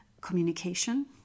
Communication